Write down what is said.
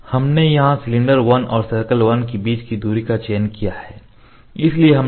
हमने यहां सिलेंडर 1 और सर्कल 1 के बीच की दूरी का चयन किया है